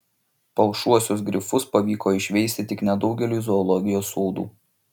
palšuosius grifus pavyko išveisti tik nedaugeliui zoologijos sodų